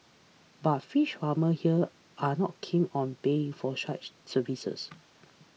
but fish farmers here are not keen on paying for such services